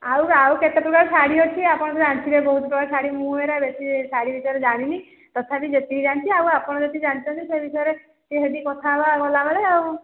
ଆଉ ଆଉ କେତେ ପ୍ରକାର ଶାଢ଼ୀ ଅଛି ଆପଣ ଜାଣିିଥିବେ ବହୁତ ପ୍ରକାର ଶାଢ଼ୀ ମୁଁ ଏରା ବେଶି ଶାଢ଼ୀ ବିିଷୟରେ ଜାଣିନି ତଥାପି ଯେତିକି ଜାଣିଛି ଆଉ ଆପଣ ଯଦି ଜାଣିଛନ୍ତି ସେ ବିଷୟରେ ଟିକେ ହେଠି କଥା ହବା ଗଲାବେଳେ ଆଉ